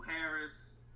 Harris